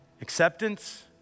acceptance